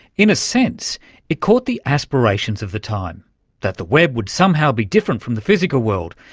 in a sense it caught the aspirations of the time that the web would somehow be different from the physical world.